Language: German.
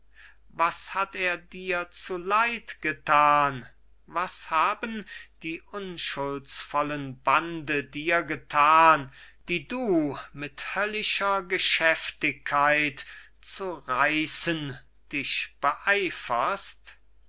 was hat er dir zuleid getan was haben die unschuldsvollen bande dir getan die du mit höllischer geschäftigkeit zu reißen dich